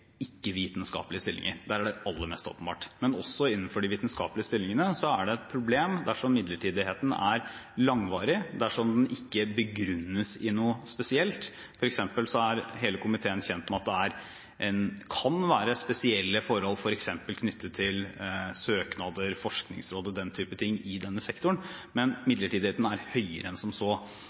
ikke begrunnes i noe spesielt. For eksempel er hele komiteen kjent med at det kan være spesielle forhold knyttet til søknader, forskningsråd og den type ting i denne sektoren, men midlertidigheten er høyere enn som så.